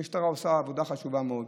המשטרה עושה עבודה חשובה מאוד.